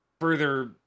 further